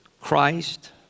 Christ